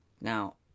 Now